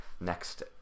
next